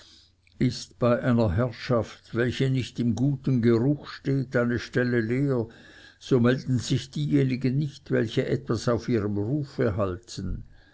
ist bei einer herrschaft welche nicht im guten geruch steht eine stelle leer so melden sich diejenigen nicht welche etwas auf ihrem rufe halten